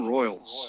Royals